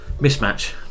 Mismatch